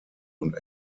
und